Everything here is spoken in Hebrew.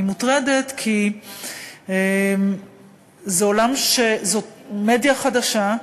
אני מוטרדת, כי זאת מדיה חדשה,